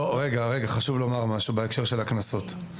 רגע, חשוב לומר משהו בהקשר של הקנסות.